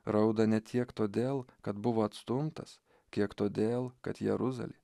rauda ne tiek todėl kad buvo atstumtas kiek todėl kad jeruzalė